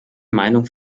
meinung